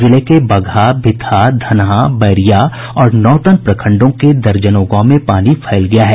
जिले के बगहा भितहा धनहा बैरिया और नौतन प्रखंडों के दर्जनों गांव में पानी फैल गया है